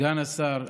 סגן השר,